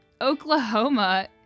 Oklahoma